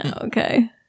Okay